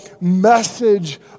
message